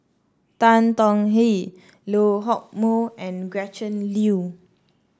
Tan Tong Hye Lee Hock Moh and Gretchen Liu